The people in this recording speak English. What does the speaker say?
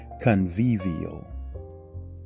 convivial